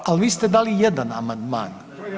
Ne, ali vi ste dali jedan amandman.